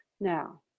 now